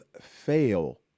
fail